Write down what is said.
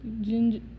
ginger